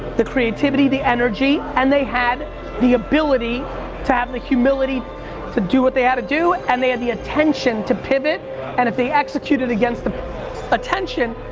the creativity, the energy, and they had the ability to have the humility to do what they had to do and they had the intention to pivot and if they execute it against the attention,